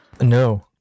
no